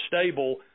stable